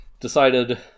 decided